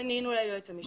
פנינו ליועץ המשפטי לממשלה.